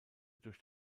durch